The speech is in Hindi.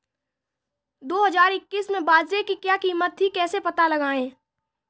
दो हज़ार इक्कीस में बाजरे की क्या कीमत थी कैसे पता लगाएँ?